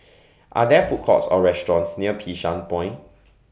Are There Food Courts Or restaurants near Bishan Point